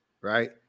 right